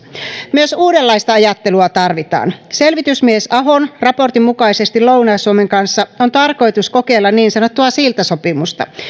myös uudenlaista ajattelua tarvitaan selvitysmies ahon raportin mukaisesti lounais suomen kanssa on tarkoitus kokeilla niin sanottua siltasopimusta